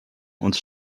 uns